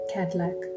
Cadillac